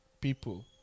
people